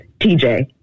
TJ